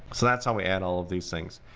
so that's how we add all of these things,